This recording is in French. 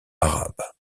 arabe